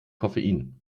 koffein